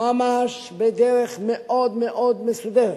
ממש בדרך מאוד-מאוד מסודרת,